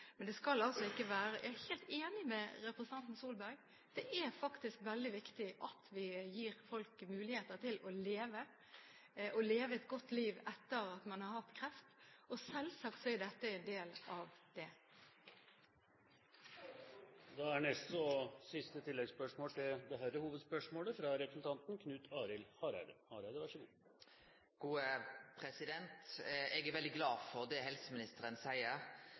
helt enig med representanten Solberg: Det er veldig viktig at vi gir folk mulighet til å leve et godt liv etter at man har hatt kreft. Selvsagt er dette en del av det. Knut Arild Hareide – til oppfølgingsspørsmål. Eg er veldig glad for det helseministeren seier, at rekonstruksjon skal vere ein del av behandlinga. Når me òg veit at det er